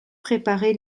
préparé